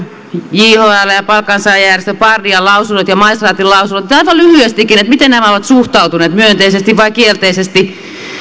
jhln ja palkansaajajärjestö pardian lausunnot ja maistraatin lausunnot vaikka aivan lyhyestikin miten nämä ovat suhtautuneet myönteisesti vai kielteisesti